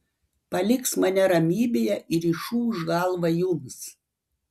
paliks mane ramybėje ir išūš galvą jums